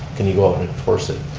can you go up and enforce it.